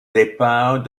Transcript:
départ